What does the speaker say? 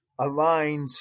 aligns